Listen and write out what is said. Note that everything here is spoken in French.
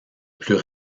plus